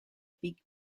big